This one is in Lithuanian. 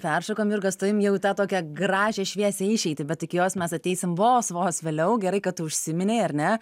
peršokom jurga su tavim jau į tą tokią gražią šviesią išeitį bet iki jos mes ateisime vos vos vėliau gerai kad kad tu užsiminei ar ne